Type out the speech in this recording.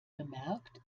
bemerkt